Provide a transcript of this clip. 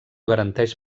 garanteix